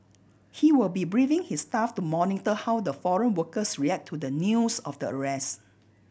he will be briefing his staff to monitor how the foreign workers react to the news of the arrest